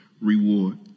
reward